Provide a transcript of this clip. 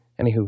Anywho